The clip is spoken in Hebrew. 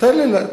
תן לי.